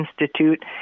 Institute